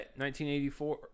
1984